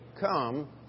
come